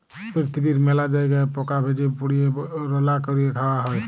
পিরথিবীর মেলা জায়গায় পকা ভেজে, পুড়িয়ে, রাল্যা ক্যরে খায়া হ্যয়ে